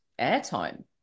airtime